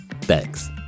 Thanks